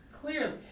clearly